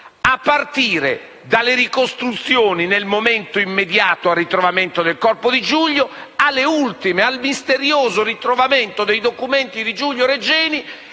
a partire dalle ricostruzioni nel momento immediatamente successivo al ritrovamento del corpo di Giulio, fino alle ultime, al misterioso ritrovamento dei documenti di Giulio Regeni